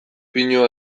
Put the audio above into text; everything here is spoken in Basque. pinu